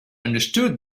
understood